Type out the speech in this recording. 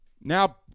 Now